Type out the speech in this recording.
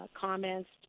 comments